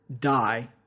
die